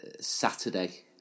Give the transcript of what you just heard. Saturday